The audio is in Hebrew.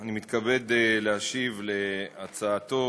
אני מתכבד להשיב על הצעתו